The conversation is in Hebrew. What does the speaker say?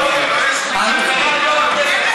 אל תפריעי לי.